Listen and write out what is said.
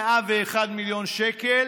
ו-101 מיליון שקל,